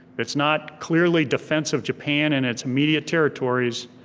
it's not clearly defense of japan and its immediate territories,